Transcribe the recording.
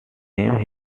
named